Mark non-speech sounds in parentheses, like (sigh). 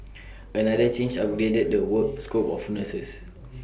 (noise) another change upgraded the work scope of nurses (noise)